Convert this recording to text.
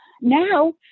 now